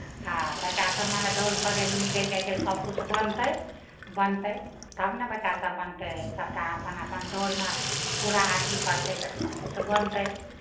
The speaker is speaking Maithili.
आ बच्चासभ मने दौड़ करय लए निकलि जाइ छै सभकिछु बनतै बनतै तब ने बच्चासभ बनतै सभटा अपन अपन दौड़मे पूरा अथि करतै तऽ सभकिछु बनतै